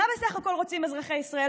מה בסך הכול רוצים אזרחי ישראל?